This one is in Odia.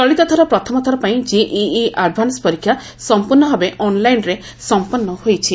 ଚଳିତଥର ପ୍ରଥମ ଥର ପାଇଁ ଜେଇଇ ଆଡାଭାନ୍ ପରୀକ୍ଷା ସଂପୂର୍ଣ୍ଣ ଭାବେ ଅନ୍ଲାନ୍ରେ ସଂପନ୍ନ ହୋଇଛି